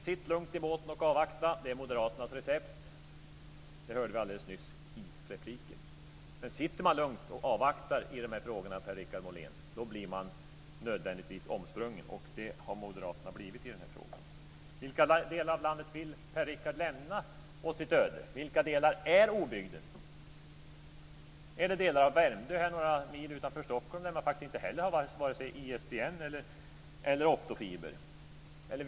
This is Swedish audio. Sitt lugnt i båten och avvakta är Moderaternas recept. Det hörde vi nyss i repliken. Men sitter man lugnt och avvaktar i frågorna, Per-Richard Molén, blir man nödvändigtvis omsprungen. Det har Moderaterna blivit i denna fråga. Vilka delar av landet vill Per-Richard Molén lämna åt sitt öde? Vilka delar är obygden? Är det delar av Värmdö några mil utanför Stockholm, där det varken finns ISDN eller optofiber?